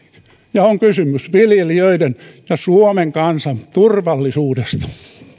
ja on kysymys viljelijöiden ja suomen kansan turvallisuudesta